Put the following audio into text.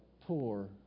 poor